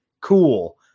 cool